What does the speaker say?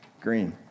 green